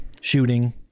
shooting